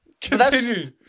Continue